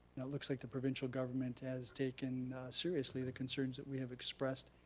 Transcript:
it looks like the provincial government has taken seriously the concerns that we have expressed,